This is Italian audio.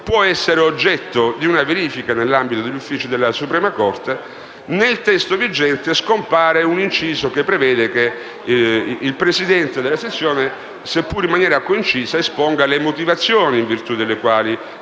può essere oggetto di verifica nell'ambito degli uffici della Suprema corte, nel testo vigente scompare l'inciso ove si prevede che il presidente della sezione, seppure in maniera concisa, esponga le motivazioni in virtù delle quali,